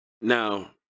Now